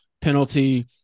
penalty